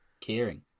caring